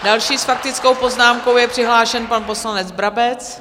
Další s faktickou poznámkou je přihlášen pan poslanec Brabec.